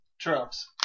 Trucks